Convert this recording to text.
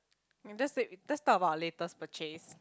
and just said let's talk about latest purchase